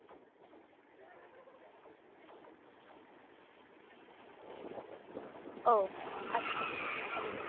ᱚ ᱟᱪᱪᱷᱟ ᱟᱹᱰᱤ ᱵᱮᱥ